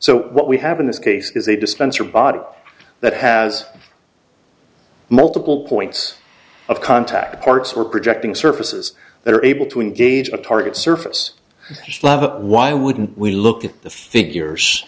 so what we have in this case is a dispenser body that has multiple points of contact parts or projecting surfaces that are able to engage a target surface level why wouldn't we look at the figures